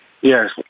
Yes